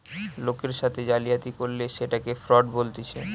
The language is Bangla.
লোকের সাথে জালিয়াতি করলে সেটকে ফ্রড বলতিছে